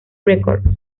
records